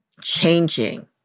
changing